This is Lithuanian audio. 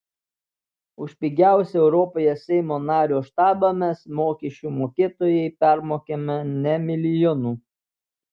už pigiausią europoje seimo nario štabą mes mokesčių mokėtojai permokame ne milijonu